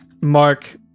Mark